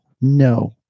No